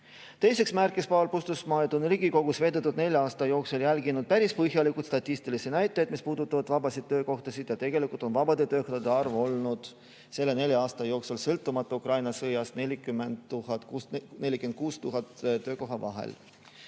Teiseks märkis Paul Puustusmaa, et on Riigikogus veedetud nelja aasta jooksul jälginud päris põhjalikult statistilisi näitajaid, mis puudutavad vabasid töökohtasid, ja tegelikult on vabade töökohtade arv olnud selle nelja aasta jooksul, sõltumata Ukraina sõjast, 40 000 – 46 000 töökoha vahel.